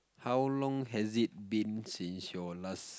how has it been since your last